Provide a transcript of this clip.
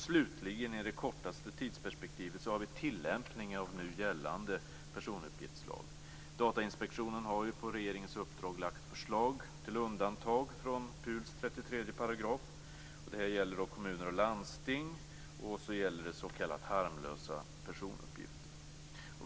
Slutligen har vi i det kortaste tidsperspektivet tilllämpningen av nu gällande personuppgiftslag. Datainspektionen har på regeringens uppdrag lagt fram förslag till undantag från PUL:s 33 §. Det gäller kommuner och landsting och s.k. harmlösa personuppgifter.